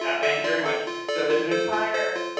yeah, thank you very much. so there's an entire